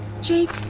Jake